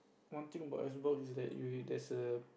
one thing about is that you there's a